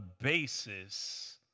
basis